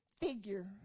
figure